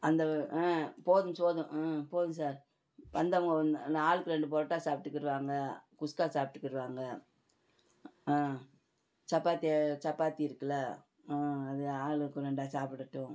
அந்த ஆ போதும் போதும் ம் போதும் சார் வந்தவங்க வந் ஆளுக்கு ரெண்டு பரோட்டா சாப்பிட்டுக்கிருவாங்க குஸ்கா சாப்பிட்டுக்கிருவாங்க ஆ சப்பாத்தி சப்பாத்தி இருக்குதுல ஆ அதை ஆளுக்கு ரெண்டாக சாப்பிடட்டும்